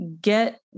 get